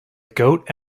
goat